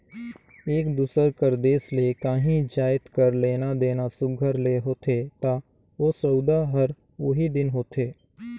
एक दूसर कर देस ले काहीं जाएत कर लेना देना सुग्घर ले होथे ता ओ सउदा हर ओही दिन होथे